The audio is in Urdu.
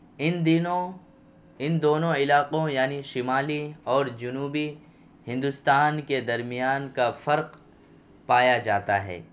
ان دنوں ان دونوں علاقوں یعنی شمالی اور جنوبی ہندوستان کے درمیان کا فرق پایا جاتا ہے